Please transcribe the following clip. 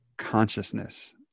consciousness